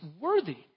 worthy